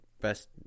Best